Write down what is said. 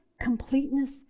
completeness